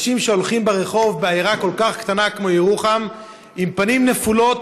אנשים שהולכים ברחוב בעיירה כל כך קטנה כמו ירוחם עם פנים נפולות,